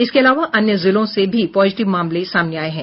इसके अलावा अन्य जिलों से भी पॉजिटिव मामले सामने आये हैं